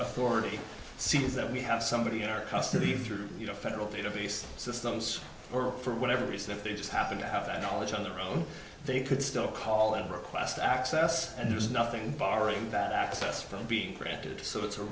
authority sees that we have somebody in our custody through you know federal database systems or for whatever reason if they just happen to have that knowledge on their own they could still call and request access and there's nothing barring that access from being protected so it's a